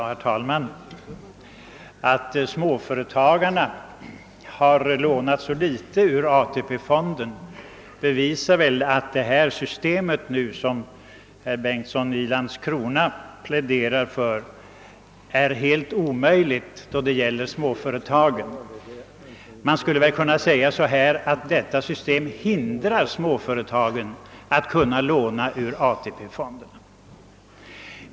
Herr talman! Att småföretagarna har lånat så litet ur AP-fonden bevisar väl att detta system, som herr Bengtsson i Landskrona pläderar för, är helt omöjligt att tillämpa då det gäller småföretagen. Man skulle kunna säga att detta system hindrar småföretagen att låna ur AP-fonden.